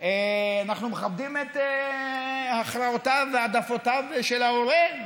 אנחנו מכבדים את הכרעותיו והעדפותיו של ההורה,